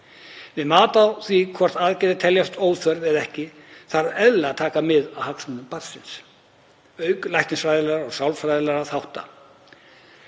Við mat á því hvort aðgerð teljist óþörf eða ekki þarf eðlilega að taka mið af hagsmunum barnsins auk læknisfræðilegra og sálfræðilegra þátta.